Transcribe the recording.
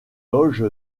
loge